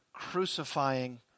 crucifying